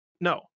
no